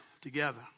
together